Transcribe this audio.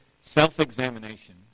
self-examination